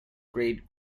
great